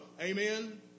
Amen